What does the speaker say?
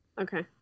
Okay